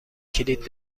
کلید